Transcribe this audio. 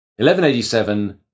1187